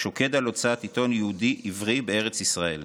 שוקד על הוצאת עיתון יהודי עברי בארץ ישראל.